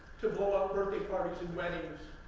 to blow up birthday parties and weddings,